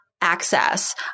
access